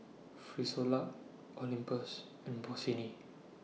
Frisolac Olympus and Bossini